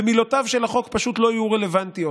ומילותיו של החוק פשוט לא יהיו רלוונטיות,